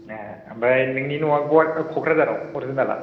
ए आमफ्राय नोंनि न'आ क'क्राझाराव अरजिनेल आ